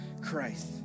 Christ